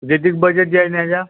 basic budget जे आहे न्या ज्या